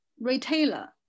retailer